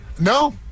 No